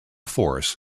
force